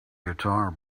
guitar